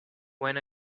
when